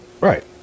Right